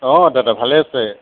অঁ দাদা ভালে আছে